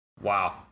Wow